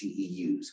CEUs